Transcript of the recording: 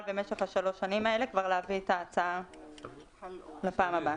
במשך שלוש השנים האלה להביא את ההצעה לפעם הבאה.